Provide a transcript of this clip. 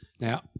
Now